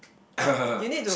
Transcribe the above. but you need to